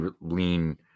lean